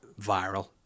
viral